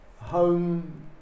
home